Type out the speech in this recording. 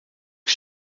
que